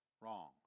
wrong